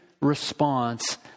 response